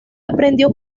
aprendió